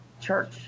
church